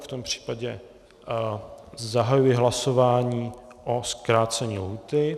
V tom případě zahajuji hlasování o zkrácení lhůty.